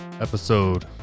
episode